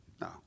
No